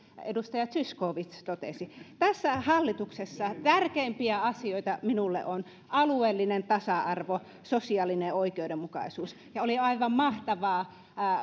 edustaja zyskowicz totesi tässä hallituksessa tärkeimpiä asioita minulle ovat alueellinen tasa arvo sosiaalinen oikeudenmukaisuus ja oli aivan mahtavaa